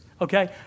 Okay